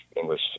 English